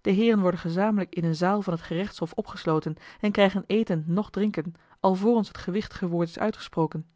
de heeren worden gezamenlijk in eene zaal van het gerechtshof opgesloten en krijgen eten noch drinken alvorens het gewichtige woord is uitgesproken